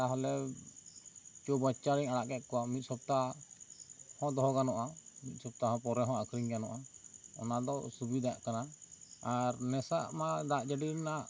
ᱛᱟᱦᱚᱞᱮ ᱪᱳᱣ ᱵᱟᱪᱪᱟ ᱨᱮᱧ ᱟᱲᱟᱜ ᱠᱮᱫ ᱠᱚᱣᱟ ᱢᱤᱫ ᱥᱟᱯᱛᱟᱦ ᱦᱚᱸ ᱫᱚᱦᱚ ᱜᱟᱱᱚᱜᱼᱟ ᱥᱮ ᱢᱤᱫ ᱥᱟᱯᱛᱟᱦ ᱯᱚᱨᱮ ᱦᱚᱸ ᱟᱠᱷᱨᱤᱧ ᱜᱟᱱᱚᱜᱼᱟ ᱚᱱᱟ ᱫᱚ ᱥᱩᱵᱤᱫᱟᱜ ᱠᱟᱱᱟ ᱟᱨ ᱱᱮᱥᱟᱜ ᱢᱟ ᱫᱟᱜ ᱡᱟᱹᱲᱤ ᱨᱮᱱᱟᱜ